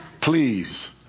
Please